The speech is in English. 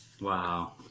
Wow